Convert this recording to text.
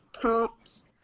prompts